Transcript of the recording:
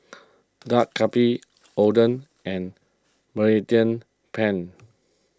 Dak Galbi Oden and Mediterranean Penne